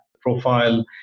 profile